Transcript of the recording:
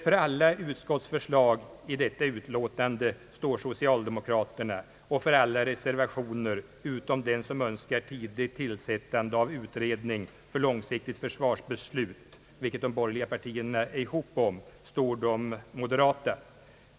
För att alla utskottets förslag i detta utlåtande står socialdemokraterna och för alla reservationer — utom den som önskar tillsättande av utredning för långsiktigt försvarsbeslut, vilket de borgerliga partierna går ihop om — står de moderata.